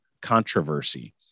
controversy